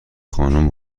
خانم